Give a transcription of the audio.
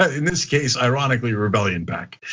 ah in this case, ironically rebellion back.